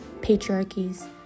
patriarchies